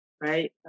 right